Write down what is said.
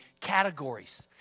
categories